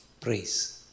praise